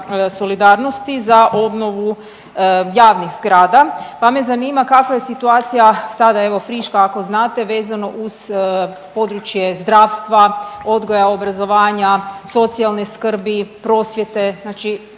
solidarnosti za obnovu javnih zgrada, pa me zanima kakva je situacija sada evo friška ako znate vezano uz područje zdravstva, odgoja, obrazovanja, socijalne skrbi, prosvjete. Znači